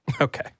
Okay